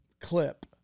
clip